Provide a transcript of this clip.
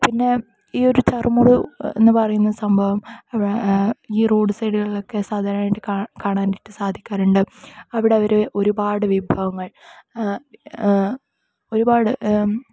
പിന്നെ ഈ ഒര് ചറുമുറു എന്നു പറയുന്ന സംഭവം ഈ റോഡ് സൈഡ് കളിലൊക്കെ സാധാരണയായിട്ട് കാണാനായിട്ട് സാധിക്കാറുണ്ട് അവിടെ അവര് ഒരുപാട് വിഭവങ്ങൾ ഒരുപാട്